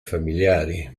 familiari